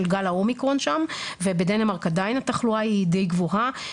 גל האומיקרון שם ובדנמרק עדיין התחלואה היא די גבוהה,